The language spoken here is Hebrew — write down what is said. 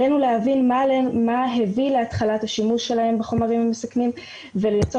עלינו להבין מה הביא להתחלת השימוש שלהם בחומרים המסכנים ולמצוא